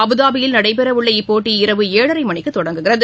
அபுதாபியில் நடைபெறவுள்ள இப்போட்டி இரவு ஏழரைமணிக்குதொடங்குகிறது